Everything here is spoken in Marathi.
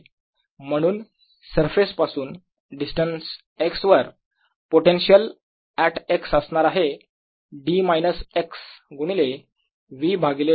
म्हणून सरफेस पासून डिस्टन्स x वर पोटेन्शियल ऍट x असणार आहे d मायनस x गुणिले V भागिले d